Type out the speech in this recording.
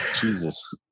Jesus